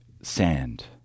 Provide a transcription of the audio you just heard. sand